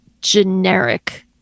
generic